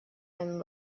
and